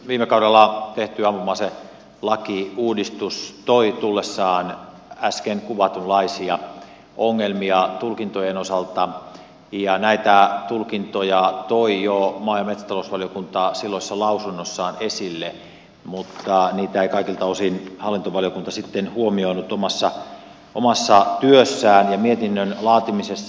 viime kaudella tehty ampuma aselakiuudistus toi tullessaan äsken kuvatun laisia ongelmia tulkintojen osalta ja näitä tulkintoja toi jo maa ja metsätalousvaliokunta silloisessa lausunnossaan esille mutta niitä ei kaikilta osin hallintovaliokunta sitten huomioinut omassa työssään ja mietinnön laatimisessa